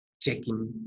checking